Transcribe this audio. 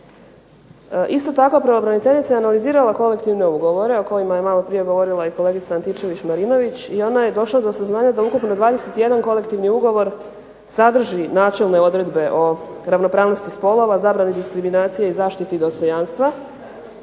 Isto tako, pravobraniteljica je analizirala kolektivne ugovore o kojima je maloprije govorila i kolegica Antičević-Marinović i ona je došla do saznanja da ukupno 21 kolektivni ugovor sadrži načelne odredbe o ravnopravnosti spolova, zabrani diskriminacije i zaštiti dostojanstva